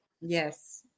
Yes